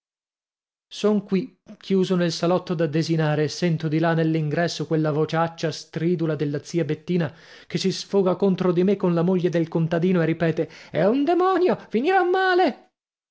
sono qui chiuso nel salotto da desinare e sento di là nell'ingresso quella vociaccia stridula della zia bettina che si sfoga contro di me con la moglie del contadino e ripete è un demonio finirà male